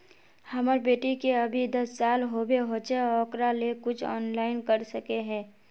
हमर बेटी के अभी दस साल होबे होचे ओकरा ले कुछ ऑनलाइन कर सके है?